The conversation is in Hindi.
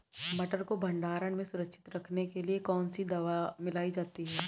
मटर को भंडारण में सुरक्षित रखने के लिए कौन सी दवा मिलाई जाती है?